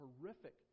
horrific